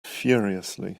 furiously